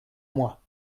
moi